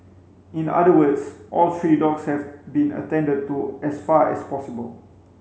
in other words all three dogs have been attended to as far as possible